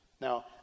Now